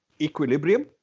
equilibrium